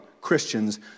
Christians